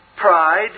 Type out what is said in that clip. pride